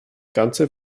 ganze